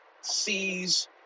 sees